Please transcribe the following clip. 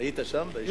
היית שם?